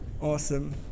Awesome